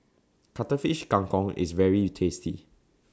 Cuttlefish Kang Kong IS very tasty